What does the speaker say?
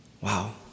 Wow